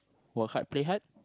work hard play hard